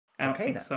Okay